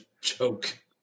Choke